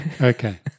Okay